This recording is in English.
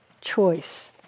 choice